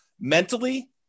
mentally